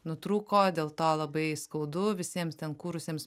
nutrūko dėl to labai skaudu visiems ten kūrusiems